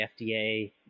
FDA